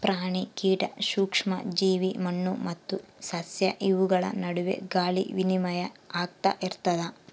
ಪ್ರಾಣಿ ಕೀಟ ಸೂಕ್ಷ್ಮ ಜೀವಿ ಮಣ್ಣು ಮತ್ತು ಸಸ್ಯ ಇವುಗಳ ನಡುವೆ ಗಾಳಿ ವಿನಿಮಯ ಆಗ್ತಾ ಇರ್ತದ